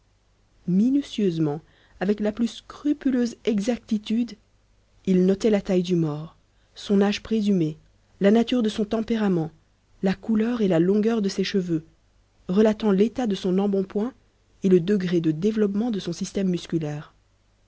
minutieusement avec la plus scrupuleuse exactitude il notait la taille du mort son âge présumé la nature de son tempérament la couleur et la longueur de ses cheveux relatant l'état de son embonpoint et le degré de développement de son système musculaire